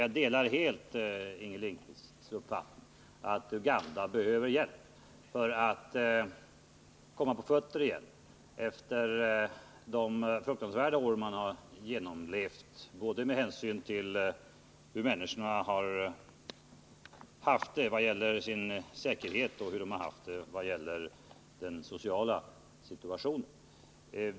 Jag delar helt Inger Lindquists uppfattning att Uganda behöver hjälp efter de fruktansvärda år landet genomlevt, både med hänsyn till hur människorna haft det när det gäller sin säkerhet och hur de haft det när det gäller den sociala situationen.